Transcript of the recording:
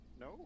No